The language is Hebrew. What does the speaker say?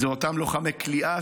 זה אותם לוחמי כליאה,